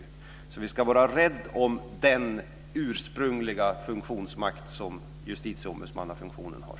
Vi ska alltså vara rädda om den ursprungliga funktionsmakt som justitieombudsmannafunktionen har.